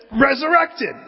resurrected